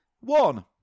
one